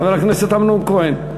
חבר הכנסת אמנון כהן.